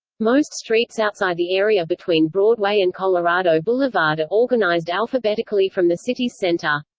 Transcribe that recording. most streets outside the area between broadway and colorado boulevard are organized alphabetically from the city's center.